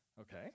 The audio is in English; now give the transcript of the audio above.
Okay